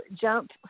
jump